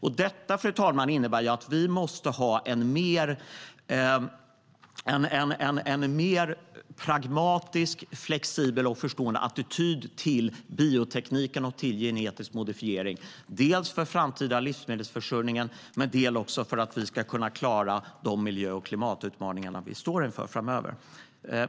Vi måste, fru talman, ha en mer pragmatisk, flexibel och förstående attityd till biotekniken och till genetisk modifiering - dels för den framtida livsmedelsförsörjningen, dels för att vi ska kunna klara de miljö och klimatutmaningar vi står inför framöver.